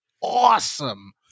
awesome